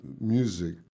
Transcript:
music